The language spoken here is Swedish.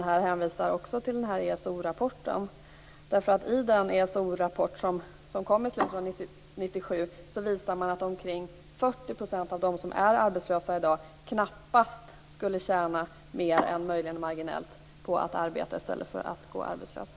Här hänvisar man också till den här ESO-rapporten. Den ESO-rapport som kom i slutet av 1997 visar att omkring 40 % av dem som är arbetslösa i dag knappast skulle tjäna mer än möjligen marginellt på att arbeta i stället för att gå arbetslösa.